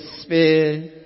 spirit